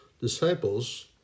disciples